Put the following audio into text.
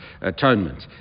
atonement